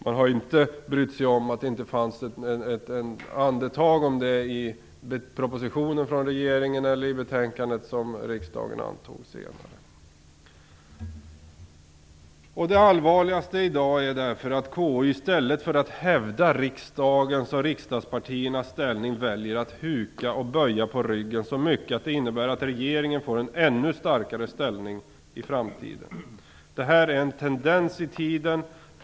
Man har inte brytt sig om att det inte fanns ett andetag om det i propositionen från regeringen eller i det betänkande som riksdagen senare ställde sig bakom. Det allvarligaste i dag är därför att KU i stället för att hävda riksdagens och riksdagspartiernas ställning väljer att huka och böja på ryggen så mycket att det innebär att regeringen får en ännu starkare ställning i framtiden. Detta är en tendens i tiden.